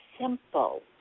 simple